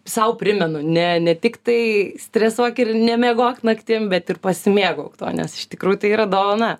sau primenu ne ne tik tai stresuok ir nemiegok naktim bet ir pasimėgauk tuo nes iš tikrųjų tai yra dovana